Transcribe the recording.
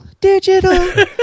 digital